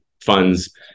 funds